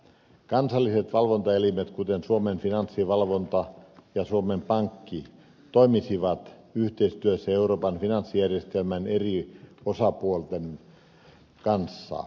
kansalliset valvontaelimet kuten suomen finanssivalvonta ja suomen pankki toimisivat yhteistyössä euroopan finanssijärjestelmän eri osapuolten kanssa